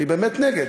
אני באמת נגד.